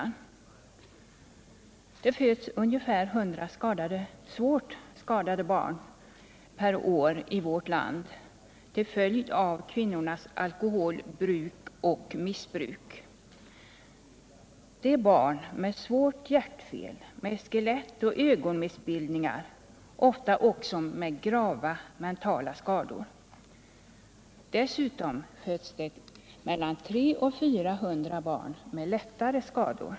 I vårt land föds ungefär 100 barn per år som är svårt skadade på grund av kvinnornas alkoholbruk och missbruk. Det är barn med svåra hjärtfel, skelettoch ögonmissbildningar, ofta också med grava mentala skador. Dessutom föds 300-400 med lättare skador.